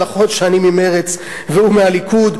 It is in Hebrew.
נכון שאני ממרצ והוא מהליכוד,